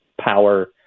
power